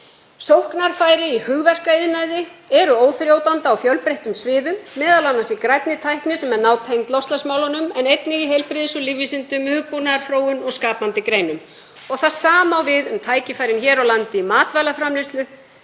Sóknarfæri í hugverkaiðnaði eru óþrjótandi á fjölbreyttum sviðum, m.a. í grænni tækni sem er nátengd loftslagsmálunum, en einnig í heilbrigðis- og lífvísindum, hugbúnaðarþróun og skapandi greinum. Það sama á við um tækifærin hér á landi í matvælaframleiðslu